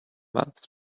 months